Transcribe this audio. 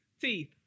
Teeth